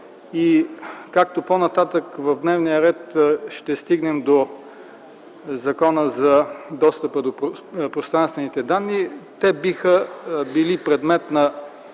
Както по-нататък в дневния ред ще стигнем до Законопроекта за достъп до пространствени данни, те биха били предмет и